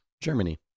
Germany